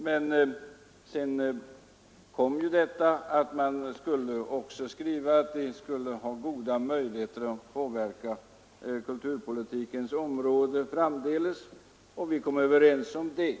Men sedan kom förslaget att vi också skulle skriva att folkrörelserna bör ha goda möjligheter att påverka kulturpolitiken framdeles, och vi kom överens om att göra det.